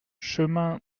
chemin